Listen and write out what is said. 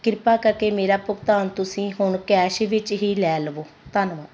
ਕਿਰਪਾ ਕਰਕੇ ਮੇਰਾ ਭੁਗਤਾਨ ਤੁਸੀਂ ਹੁਣ ਕੈਸ਼ ਵਿੱਚ ਹੀ ਲੈ ਲਵੋ ਧੰਨਵਾਦ